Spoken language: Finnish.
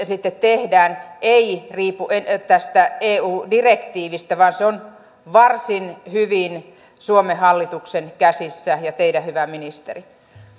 sitten tehdään eivät riipu tästä eu direktiivistä vaan se on varsin hyvin suomen hallituksen käsissä ja teidän hyvä ministeri